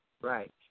Right